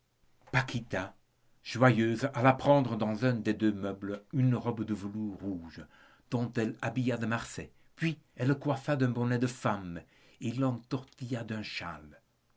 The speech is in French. henri paquita joyeuse alla prendre dans un des deux meubles une robe de velours rouge dont elle habilla de marsay puis elle le coiffa d'un bonnet de femme et l'entortilla d'un châle